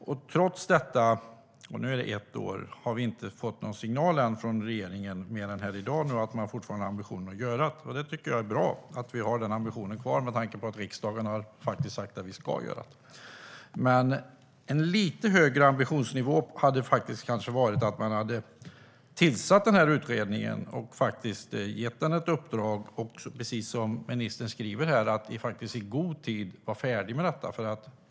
Nu har det gått ett år, men vi har inte fått någon signal från regeringen mer än nu i dag om att man fortfarande har ambitionen att göra detta. Jag tycker att det är bra att ambitionen finns kvar, med tanke på att riksdagen har sagt detta. Men en lite högre ambitionsnivå hade kanske varit att man hade tillsatt utredningen och gett den ett uppdrag. Precis som ministern säger här handlar det om att i god tid vara färdig med detta.